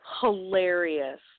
hilarious